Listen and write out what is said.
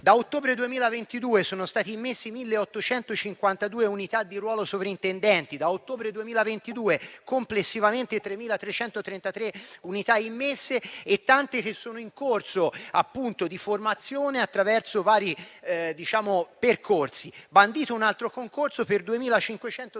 Da ottobre 2022 sono state immesse 1.852 unità di ruolo sovrintendenti; da ottobre 2022, complessivamente 3.333 unità immesse e tante sono in corso di formazione, attraverso vari percorsi. È stato inoltre bandito un altro concorso per 2.568